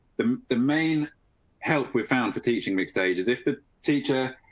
the the main help we found for teaching mixed ages. if the teacher